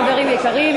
חברים יקרים,